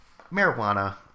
marijuana